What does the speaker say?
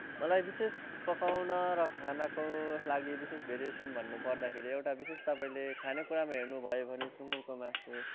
मलाई विशेष पकाउन र खानको लागि बिशेष भेरिएसन भन्नु पर्दाखेरि एउटा विशेष तपाईँले खानेकुरामा हेर्नुभयो भने सुँगुरको मासु